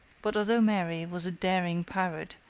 but although mary was a daring pirate,